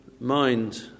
mind